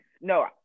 no